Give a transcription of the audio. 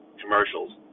commercials